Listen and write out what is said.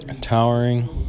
towering